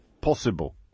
possible